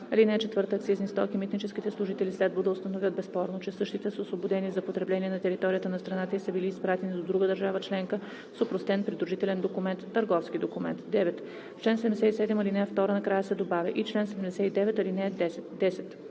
ал. 4 акцизни стоки митническите служители следва да установят безспорно, че същите са освободени за потребление на територията на страната и са били изпратени до друга държава членка с опростен придружителен документ/търговски документ.“ 9. В чл. 77, ал. 2 накрая се добавя „и чл. 79, ал. 10“. 10.